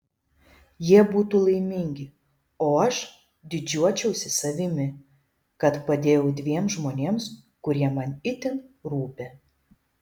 jie būtų laimingi o aš didžiuočiausi savimi kad padėjau dviem žmonėms kurie man itin rūpi